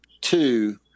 two